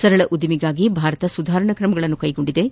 ಸರಳ ಉದ್ದಿಮೆಗಾಗಿ ಭಾರತ ಸುಧಾರಣಾ ಕ್ರಮಗಳನ್ನು ಕ್ಲೆಗೊಂಡಿದ್ದು